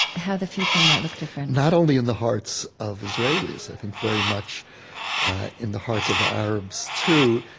how the future might look different not only in the hearts of israelis. i think very much in the hearts of the arabs too,